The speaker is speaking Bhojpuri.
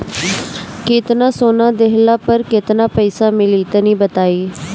केतना सोना देहला पर केतना पईसा मिली तनि बताई?